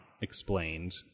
explained